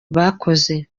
bakoze